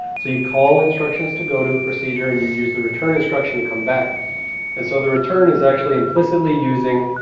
so you call instructions to go to a procedure and you use the return instruction come back and so the return is actually implicitly using